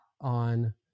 on